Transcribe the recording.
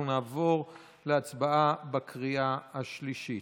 אנחנו נעבור להצבעה בקריאה השלישית.